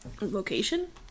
Location